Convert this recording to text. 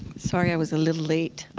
sorry i was a little late,